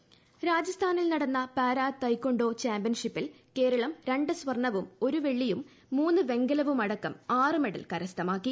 para taekwondo രാജസ്ഥാനിൽ നടന്ന para taekwondo ചാമ്പ്യൻഷിപ്പിൽ കേരളം രണ്ട് സ്വർണ്ണവും ഒരു വെള്ളിയും മൂന്ന് വെങ്കലുമടക്കം ആറ് മെഡൽ കരസ്ഥമാക്കി